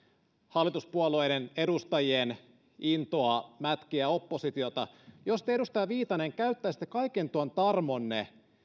hallituspuolueiden edustajien intoa mätkiä oppositiota jos te edustaja viitanen käyttäisitte kaiken tuon tarmonne